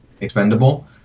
expendable